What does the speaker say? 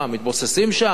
מתבוססים שם,